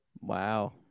wow